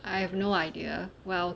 I have no idea well